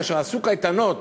כאשר עשו קייטנות